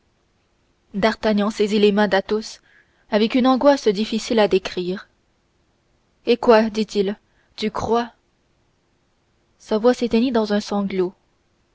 d'artagnan saisit les mains d'athos avec une angoisse difficile à décrire et quoi dit-il tu crois sa voix s'éteignit dans un sanglot